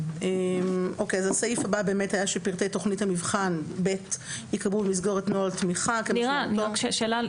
אז הסעיף הבא היה --- נירה שאלה,